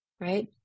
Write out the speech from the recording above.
Right